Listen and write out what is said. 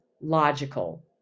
logical